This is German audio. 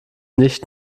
nicht